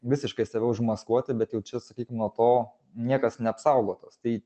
visiškai save užmaskuoti bet jau čia sakykim nuo to niekas neapsaugotas tai